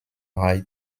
reid